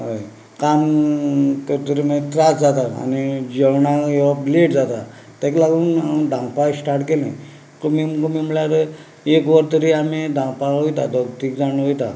हय काम करतकच मागीर त्रास जाता आनी जेवणाक येवप लेट जाता ताका लागून हांवें धांवपाक स्टार्ट केलें कमी कमी म्हणल्यार एक वर तरी आमी धांवपाक वयता दोग तीग जाण वयता